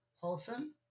wholesome